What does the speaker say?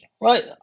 Right